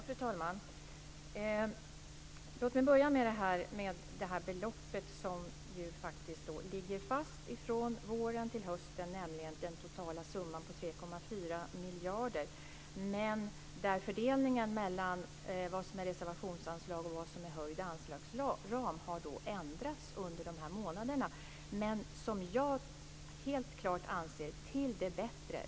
Fru talman! Låt mig börja med frågan om beloppet. Den totala summan på 3,4 miljarder ligger fast från våren till hösten, men fördelningen mellan vad som är reservationsanslag och vad som är höjd anslagsram har ändrats under dessa månader. Men det har varit till det bättre.